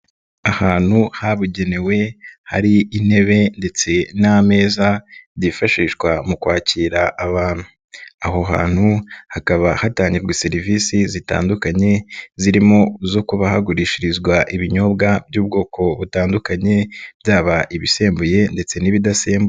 Ahantu habugenewe hari intebe ndetse n'ameza byifashishwa mu kwakira abantu. Aho hantu hakaba hatangirwa serivisi zitandukanye, zirimo izo kuba hagurishirizwa ibinyobwa by'ubwoko butandukanye, byaba ibisembuye ndetse n'ibidasembuye.